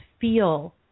feel